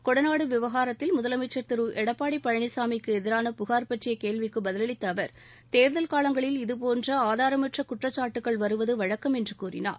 கொடநாடு விவகாரத்தில் முதலமைச்சர் திரு எடப்பாடி பழனிசாமி க்கு எதிரான புகார் பற்றிய கேள்விக்கு பதிவளித்த அவர் தோ்தல் காலங்களில் இதுபோன்ற ஆதாரமற்ற குற்றச்சாட்டுகள் வருவது வழக்கம் என்று கூறினார்